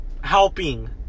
Helping